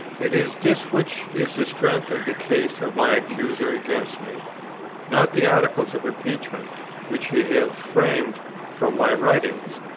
it is this which is the strength of the case of my accuser against me not the articles of impeachment which he has framed from my writings,